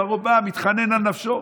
פרעה בא ומתחנן על נפשו.